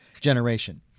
generation